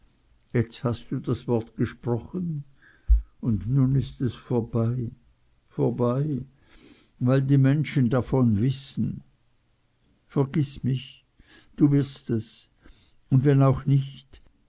jetzt hast du das wort gesprochen und nun ist es vorbei vorbei weil die menschen davon wissen vergiß mich du wirst es und wenn auch nicht